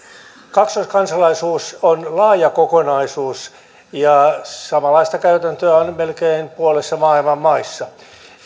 kaksoiskansalaisuus on laaja kokonaisuus ja samanlaista käytäntöä on melkein puolessa maailman maista